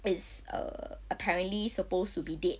is uh apparently supposed to be dead